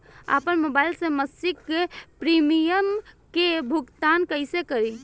आपन मोबाइल से मसिक प्रिमियम के भुगतान कइसे करि?